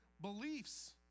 beliefs